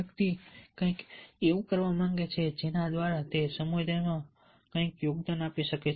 વ્યક્તિ કંઈક એવું કરવા માંગે છે જેના દ્વારા તે સમુદાયમાં કંઈક યોગદાન આપી શકે